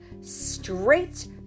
straight